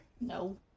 No